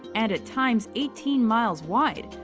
and at times eighteen miles wide,